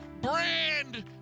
brand